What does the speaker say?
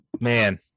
Man